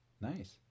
Nice